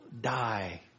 die